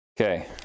Okay